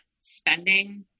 spending